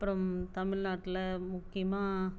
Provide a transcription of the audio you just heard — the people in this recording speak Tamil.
அப்புறம் தமிழ் நாட்டில் முக்கியமாக